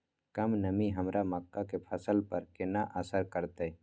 कम नमी हमर मक्का के फसल पर केना असर करतय?